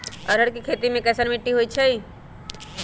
अरहर के खेती मे कैसन मिट्टी होइ?